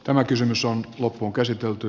tämä kysymys on loppuunkäsitelty